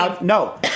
No